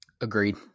Agreed